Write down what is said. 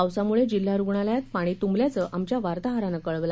पावसामुळे जिल्हा रुग्णालयात पाणी तुंबल्याचं आमच्या वार्ताहरानं कळवलं